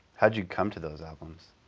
how did you come to those albums?